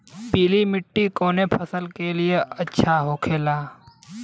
पीला मिट्टी कोने फसल के लिए अच्छा होखे ला?